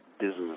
business